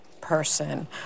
person